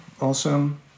Awesome